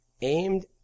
aimed